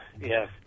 yes